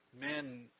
men